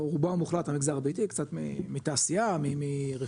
או רובו המוחלט מהמגזר הביתי קצת מתעשייה מרפתות